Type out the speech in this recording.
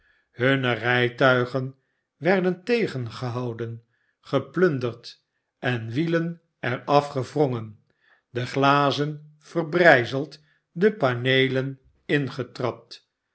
hunne rijtuigen werden tegengehouden geplunderd de wielen er afgewrongen de glazen verbrijzeld de paneelen